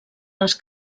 les